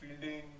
fielding